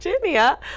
Virginia